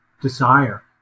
desire